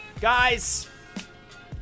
guys